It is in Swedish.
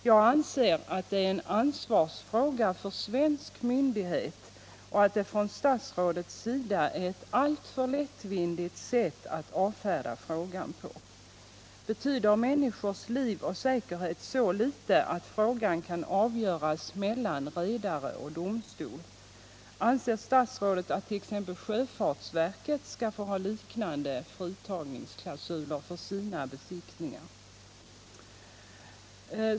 Jag anser att det är en ansvarsfråga för svensk myndighet och att det från statsrådets sida är alltför lättvindigt att avfärda frågan på detta sätt. Betyder människors liv och säkerhet så litet att frågan kan avgöras av redare och domstol? Anser statsrådet att t.ex. sjöfartsverket skall få ha liknande fritagningsklausuler vid sina besiktningar?